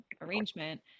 arrangement